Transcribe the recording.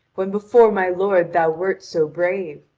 when before my lord thou weft so brave?